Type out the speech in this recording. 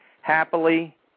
happily